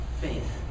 faith